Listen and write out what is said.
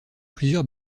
plusieurs